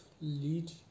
lead